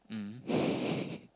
mm